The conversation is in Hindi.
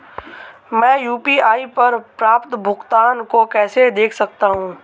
मैं यू.पी.आई पर प्राप्त भुगतान को कैसे देख सकता हूं?